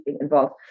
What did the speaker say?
involved